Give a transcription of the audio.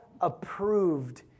approved